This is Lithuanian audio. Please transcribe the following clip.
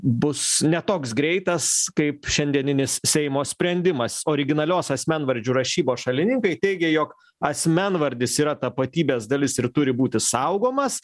bus ne toks greitas kaip šiandieninis seimo sprendimas originalios asmenvardžių rašybos šalininkai teigia jog asmenvardis yra tapatybės dalis ir turi būti saugomas